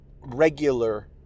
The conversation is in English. regular